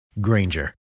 Granger